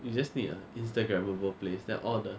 you just need a instagrammable place then all the